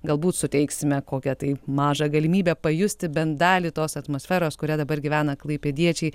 galbūt suteiksime kokią tai mažą galimybę pajusti bent dalį tos atmosferos kuria dabar gyvena klaipėdiečiai